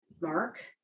Mark